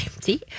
see